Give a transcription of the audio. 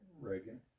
Reagan